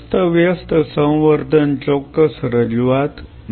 અસ્તવ્યસ્ત સંવર્ધન ચોક્કસ રજૂઆત નથી